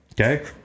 Okay